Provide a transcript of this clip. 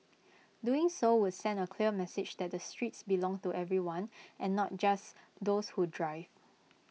doing so would send A clear message that the streets belong to everyone and not just those who drive